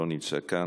לא נמצא כאן.